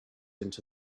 into